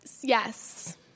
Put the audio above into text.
Yes